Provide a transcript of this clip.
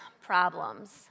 problems